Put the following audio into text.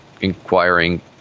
inquiring